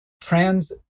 trans